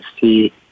see